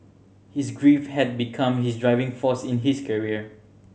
his grief had become his driving force in his career